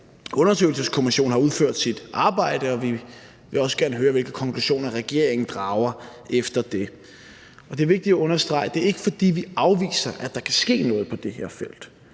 undersøgelseskommission har udført sit arbejde, og vi vil også gerne høre, hvilke konklusioner regeringen drager efter det. Det er vigtigt at understrege, at det ikke er, fordi vi afviser, at der kan ske noget på det her felt,